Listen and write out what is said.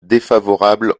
défavorable